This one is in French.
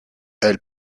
elle